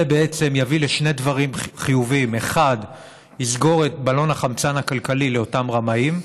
זה בעצם יביא לשני דברים חיוביים: 1. יסגור את בלון החמצן הכלכלי לאותם רמאים,